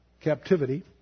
captivity